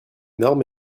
normes